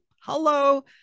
hello